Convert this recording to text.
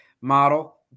model